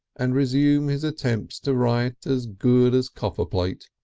and resume his attempts to write as good as copperplate.